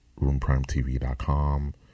roomprimetv.com